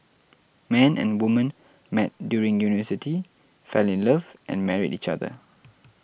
man and woman met during university fell in love and married each other